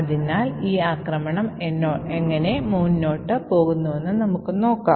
അതിനാൽ ഈ ആക്രമണം എങ്ങനെ മുന്നോട്ട് പോകുന്നുവെന്ന് നമുക്ക് നോക്കാം